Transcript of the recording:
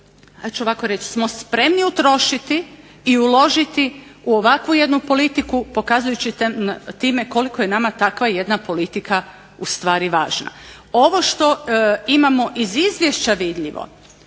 ja ću ovako reći smo spremni utrošiti i uložiti u ovakvu jednu politiku pokazujući time koliko je nama takva jedna politika u stvari važna. Ovo što imamo iz izvješća vidljivo